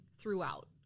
throughout